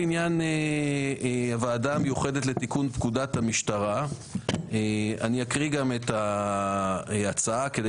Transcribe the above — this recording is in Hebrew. לעניין הוועדה המיוחדת לתיקון פקודת המשטרה אני אקריא גם את ההצעה כדי